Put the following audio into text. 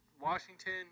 Washington